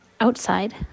outside